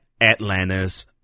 Atlanta's